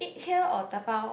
eat here or dabao